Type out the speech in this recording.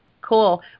Cool